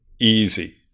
easy